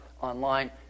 online